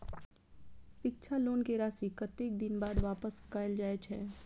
शिक्षा लोन के राशी कतेक दिन बाद वापस कायल जाय छै?